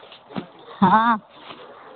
हँ